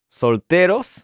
solteros